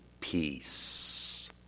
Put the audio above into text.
peace